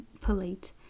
polite